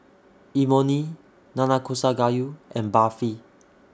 Imoni Nanakusa Gayu and Barfi